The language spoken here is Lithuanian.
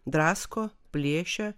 drasko plėšia